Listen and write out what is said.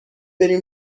بریم